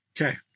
Okay